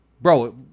bro